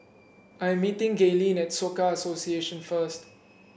I am meeting Gaylene at Soka Association first